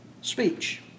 speech